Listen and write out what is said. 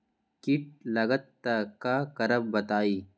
कीट लगत त क करब बताई?